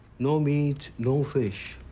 no meat, no fish.